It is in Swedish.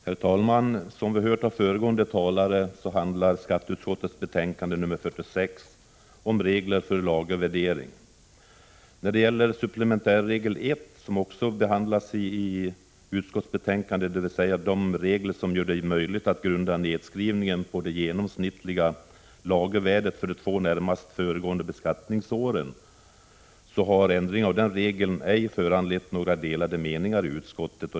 Herr talman! Som vi hört av föregående talare handlar skatteutskottets betänkande 46 om reglerna för lagervärdering. När det gäller supplementärregel 1 — den regel som gör det möjligt att grunda nedskrivningen på det genomsnittliga lagervärdet för de två närmast föregående beskattningsåren — har ändringen av den regeln inte föranlett några delade meningar i utskottet.